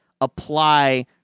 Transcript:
apply